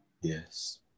Yes